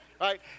Right